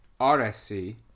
RSC